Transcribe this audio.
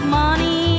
money